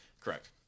Correct